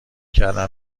کردم